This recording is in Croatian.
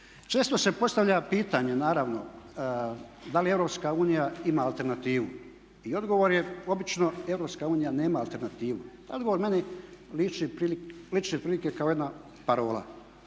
Često se postavlja pitanje naravno da li EU ima alternativu i odgovor je obično EU nema alternativu. Taj odgovor meni liči otprilike kao jedna parola.